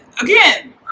again